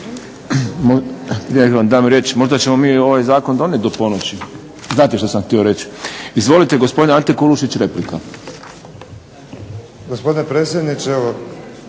Gospodine predsjedniče, evo